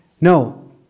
No